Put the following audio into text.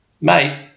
Mate